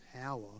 power